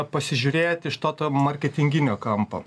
pasižiūrėt iš to to marketinginio kampo